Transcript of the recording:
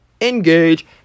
engage